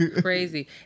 Crazy